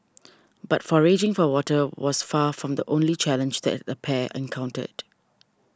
but foraging for water was far from the only challenge that the pair encountered